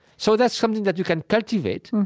so that's something that you can cultivate,